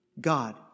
God